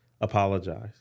apologize